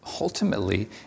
ultimately